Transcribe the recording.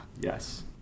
Yes